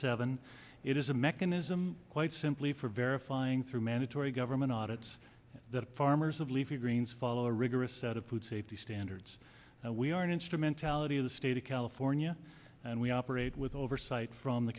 seven it is a mechanism quite simply for verifying through mandatory government audits that farmers of leafy greens follow a rigorous set of food safety standards we are in instrumentality the state of california and we operate with oversight from the